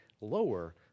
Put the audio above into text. lower